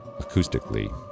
acoustically